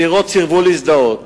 הצעירות סירבו להזדהות.